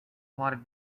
plotted